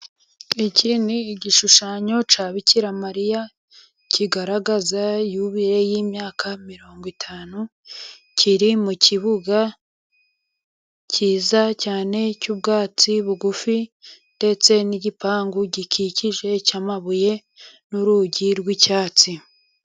Iki ni igishushanyo cya Bikiramariya kigaragaza yubile y'imyaka mirongo itanu, kiri mu kibuga cyiza cyane cy'ubwatsi bugufi, ndetse n'igipangu gikikije cy'amabuye, n'urugi rw'icyatsi.